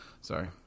sorry